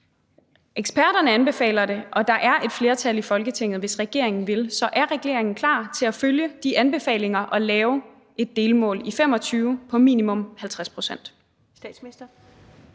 Eksperterne anbefaler det, og der er et flertal i Folketinget, hvis regeringen vil. Så er regeringen klar til at følge de anbefalinger og lave et delmål i 2025 på minimum 50 pct.?